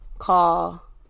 call